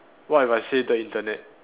what if I save the Internet